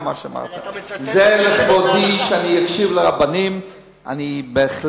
אמרתי שיש התנגדויות של רבנים ויש התנגדות